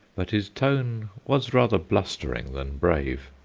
but his tone was rather blustering than brave.